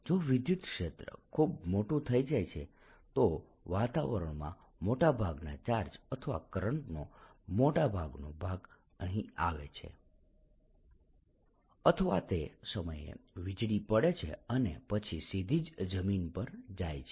જો વિદ્યુત ક્ષેત્ર ખૂબ મોટું થઈ જાય છે તો વાતાવરણમાં મોટાભાગના ચાર્જ અથવા કરંટનો મોટાભાગનો ભાગ અહીં આવે છે અથવા તે સમયે વીજળી પડે છે અને પછી સીઘી જ જમીન પર જાય છે